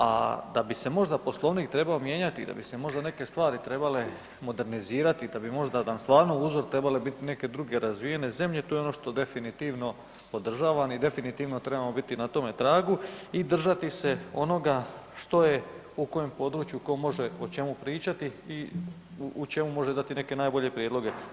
A da bi se možda Poslovnik trebao mijenjati, da bi se možda neke stvari trebale modernizirati, da bi možda nam stvarno uzor trebale biti neke druge razvijene zemlje to je ono što definitivno podržavam i definitivno trebamo biti na tome tragu i držati se onoga što je po kojem području tko može o čemu pričati i u čemu može dati neke najbolje prijedloge.